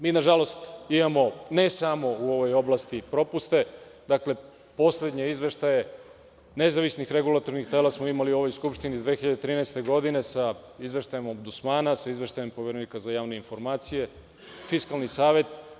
Mi na žalost imamo ne samo u ovoj oblasti propuste, dakle, poslednje izveštaje nezavisnih regulatornih tela smo imali u ovoj Skupštini 2013. godine sa izveštajem Ombudsmana, sa izveštajem Poverenika za javne informacije, Fiskalni savet.